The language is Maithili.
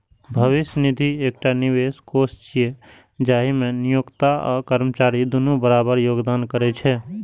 भविष्य निधि एकटा निवेश कोष छियै, जाहि मे नियोक्ता आ कर्मचारी दुनू बराबर योगदान करै छै